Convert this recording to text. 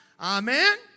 Amen